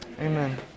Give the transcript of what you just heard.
amen